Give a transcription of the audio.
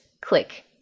click